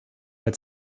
mit